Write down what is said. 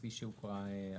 כפי שהוקרא עכשיו.